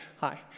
Hi